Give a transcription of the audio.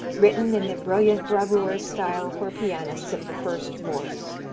written in the brilliant bravura style for pianists of the first force.